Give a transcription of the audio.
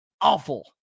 awful